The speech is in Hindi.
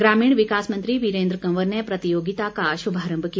ग्रामीण विकास मंत्री वीरेन्द्र कंवर ने प्रतियोगिता का शुभारम्भ किया